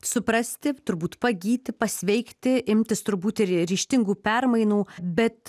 suprasti turbūt pagyti pasveikti imtis turbūt ir ryžtingų permainų bet